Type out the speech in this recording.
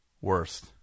Worst